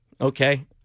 Okay